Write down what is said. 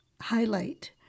highlight